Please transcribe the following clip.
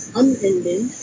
unending